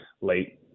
late